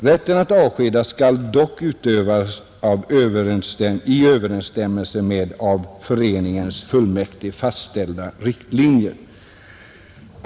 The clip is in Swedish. Rätten att avskeda skall dock utövas i överensstämmelse med av föreningens fullmäktige fastställda riktlinjer.